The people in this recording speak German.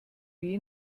wie